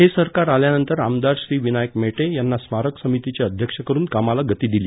हे सरकार आल्यानंतर आमदार श्री विनायक मेटे यांना स्मारक समितीचे अध्यक्ष करून कामाला गती दिली